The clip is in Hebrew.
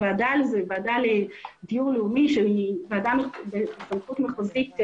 הוועדה לדיור לאומי, ועדה בסמכות מחוזית,